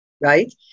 right